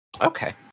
Okay